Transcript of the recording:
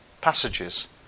passages